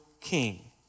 king